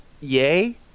yay